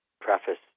preface